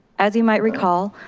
as you might recall,